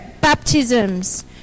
baptisms